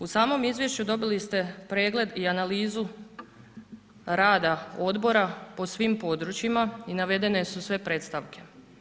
U samom izvješću dobili ste pregled i analizu rada odbora po svim područjima i navedene su sve predstavke.